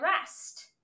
rest